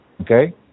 Okay